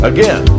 Again